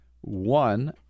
One